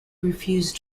refused